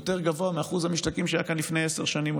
גבוה מאחוז המשתקעים שהיה כאן לפני עשר שנים,